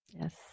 Yes